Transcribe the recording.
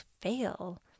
fail